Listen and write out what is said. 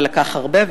ולקח הרבה,